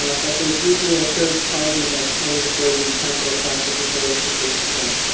ah but there's usually a third party that's paying for the capital costs of the solar suitcase itself.